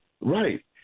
right